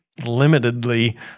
limitedly